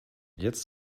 jetzt